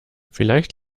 vielleicht